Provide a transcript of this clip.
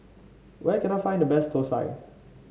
where can I find the best thosai